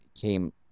came